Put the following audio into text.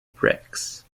bricks